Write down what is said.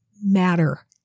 matter